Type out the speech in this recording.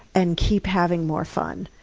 and keep having more fun.